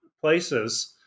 places